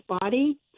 body